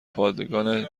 پادگان